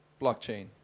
blockchain